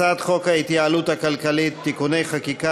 הצעת חוק ההתייעלות הכלכלית (תיקוני חקיקה